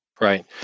Right